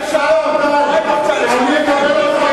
השר ארדן,